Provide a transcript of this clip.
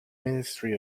ministry